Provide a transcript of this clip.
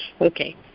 Okay